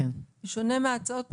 בשונה מההצעות פה,